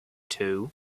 two